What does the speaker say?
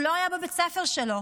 הוא לא היה בבית הספר שלו,